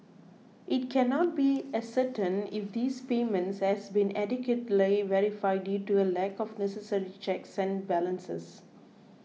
it cannot be ascertained if these payments had been adequately verified due to a lack of necessary checks and balances